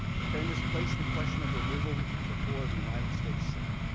the framers placed the question of removal before the united states senate,